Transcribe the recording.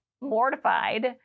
mortified